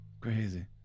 crazy